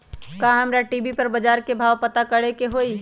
का हमरा टी.वी पर बजार के भाव पता करे के होई?